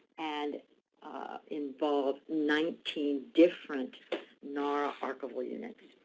and involve nineteen different nara archival units.